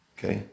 Okay